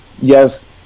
yes